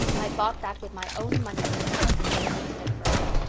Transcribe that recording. i bought that with my own money, mrs. dr. dear, she said firmly,